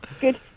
good